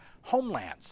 homelands